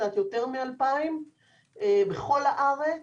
קצת יותר מ-2,000 בכל הארץ,